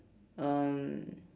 um